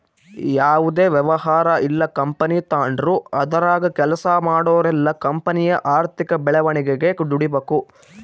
ಯಾವುದೇ ವ್ಯವಹಾರ ಇಲ್ಲ ಕಂಪನಿ ತಾಂಡ್ರು ಅದರಾಗ ಕೆಲ್ಸ ಮಾಡೋರೆಲ್ಲ ಕಂಪನಿಯ ಆರ್ಥಿಕ ಬೆಳವಣಿಗೆಗೆ ದುಡಿಬಕು